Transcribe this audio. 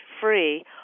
free